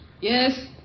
Yes